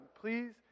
Please